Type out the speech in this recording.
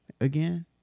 again